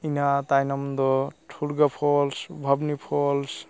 ᱤᱱᱟ ᱛᱟᱭᱱᱚᱢ ᱫᱚ ᱴᱷᱩᱲᱜᱟ ᱯᱷᱚᱞᱥ ᱵᱟᱢᱱᱤ ᱯᱷᱚᱞᱥ